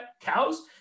cows